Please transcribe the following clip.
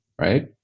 right